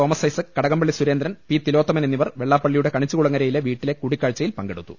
Thomas Isaac Kadakampally Surendran P Thilothaman എന്നിവർ വെള്ളാപ്പള്ളിയുടെ കണിച്ചുകുളങ്ങരയിലെ വീട്ടിലെ കൂടിക്കാഴ്ചയിൽ പങ്കെടുത്തു